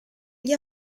gli